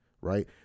right